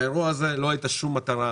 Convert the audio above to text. באירוע הזה לא הייתה שום מטרה.